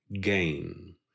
gain